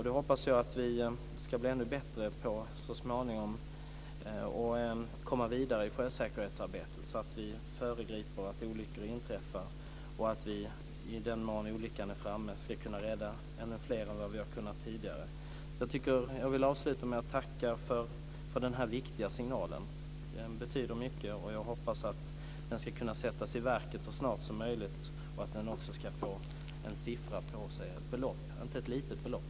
Det hoppas jag att vi ska bli ännu bättre på så småningom så att vi kan komma vidare i sjösäkerhetsarbetet och föregripa att olyckor inträffar. I den mån olyckan är framme ska man kunna rädda ännu fler än vad man har kunnat tidigare. Jag vill avsluta med att tacka för den här viktiga signalen. Den betyder mycket. Jag hoppas att den ska kunna sättas i verket så snart som möjligt och att den ska kunna få ett belopp satt på sig, inte ett litet utan ett stort belopp.